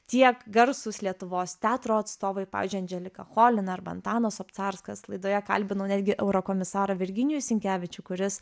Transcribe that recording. tiek garsūs lietuvos teatro atstovai pavyzdžiui andželika cholina arba antanas obcarskas laidoje kalbinau netgi eurokomisarą virginijų sinkevičių kuris